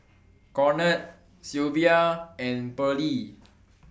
Conard Silvia and Pearle